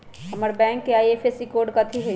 हमर बैंक के IFSC code कथि हई?